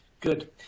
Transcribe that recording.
Good